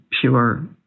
pure